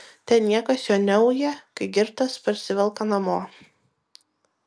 ten niekas jo neuja kai girtas parsivelka namo